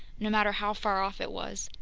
no matter how far off it was.